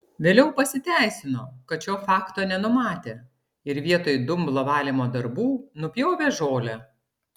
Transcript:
vėliau pasiteisino kad šio fakto nenumatė ir vietoj dumblo valymo darbų nupjovė žolę